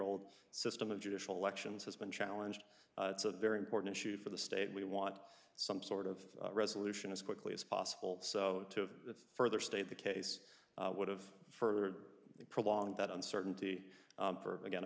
old system of judicial elections has been challenged it's a very important issue for the state we want some sort of resolution as quickly as possible so to further state the case would've for the prolong that uncertainty for again